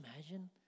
imagine